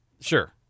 Sure